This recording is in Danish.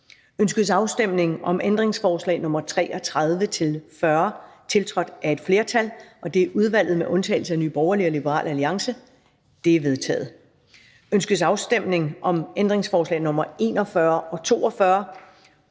Ønskes afstemning om ændringsforslag nr. 33-40, tiltrådt af et flertal (udvalget med undtagelse af NB og LA)? De er vedtaget. Ønskes afstemning om ændringsforslag nr. 41 og 42